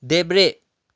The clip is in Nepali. देब्रे